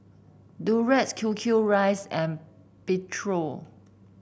Durex Q Q rice and Pedro